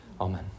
Amen